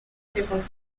different